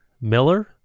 Miller